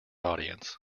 audience